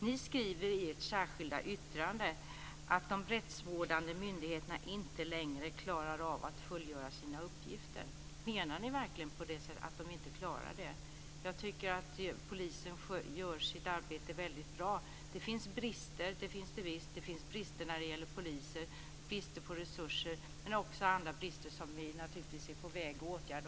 Ni skriver i ert särskilda yttrande att de rättsvårdande myndigheterna inte längre klarar att fullgöra sina uppgifter. Menar ni verkligen det? Jag tycker att polisen gör sitt arbete väldigt bra. Det finns visst brister när det gäller poliser och när det gäller resurser och även andra brister som vi är på väg att åtgärda.